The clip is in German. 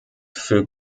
für